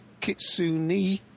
kitsune